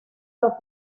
los